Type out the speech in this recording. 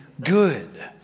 good